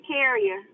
carrier